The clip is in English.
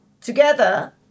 Together